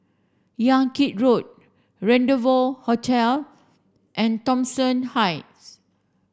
Yan Kit Road Rendezvou Hotel and Thomson Heights